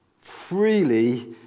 Freely